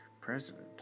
President